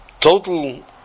total